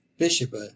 Bishop